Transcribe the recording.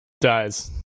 dies